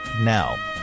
Now